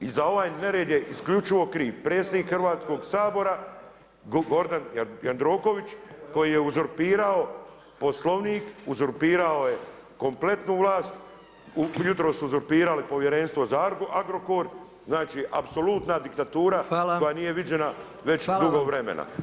I za ovaj nered je isključivo kriv predsjednik Hrvatskog sabora, Gordan Jandroković koji je uzurpirao Poslovnik, uzurpirao je kompletnu vlast, jutros su uzurpirali Povjerenstvo za Agrokor, znači apsolutna diktatura koja nije viđena već dugo vremena.